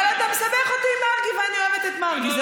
אבל אתה מסבך אותי עם מרגי, ואני אוהבת את מרגי.